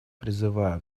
призываю